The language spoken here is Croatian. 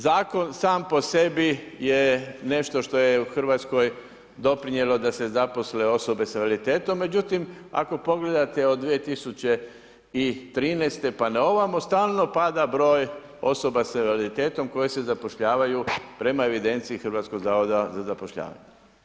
Zakon sam po sebi je nešto što je u Hrvatskoj doprinijelo da se zaposle osobe s invaliditetom, međutim ako pogledate od 2013. pa na ovamo, stalno pada broj osoba sa invaliditetom koje se zapošljavaju prema evidenciji Hrvatskog zavoda za zapošljavanje.